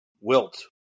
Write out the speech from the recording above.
Wilt